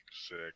Sick